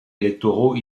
électoraux